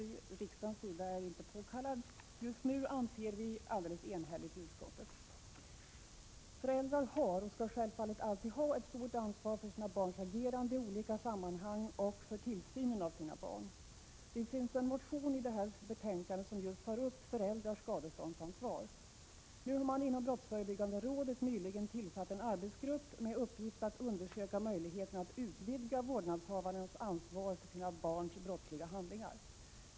= tm do ytterligare åtgärd från riksdagens sida är inte påkallad just nu, anser vi Vissaskade: SE ståndsfrågor Föräldrar har — och skall självfallet alltid ha — ett stort ansvar för sina barns agerande i olika sammanhang och för tillsynen av sina barn. Det finns en motion som behandlas i det här betänkandet som just tar upp föräldrars skadeståndsansvar. Nu har man inom brottsförebyggande rådet nyligen tillsatt en arbetsgrupp med uppgift att undersöka möjligheterna att utvidga vårdnadshavarens ansvar för sina barns brottsliga handlingar.